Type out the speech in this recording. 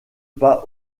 pas